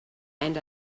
and